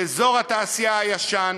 באזור התעשייה הישן,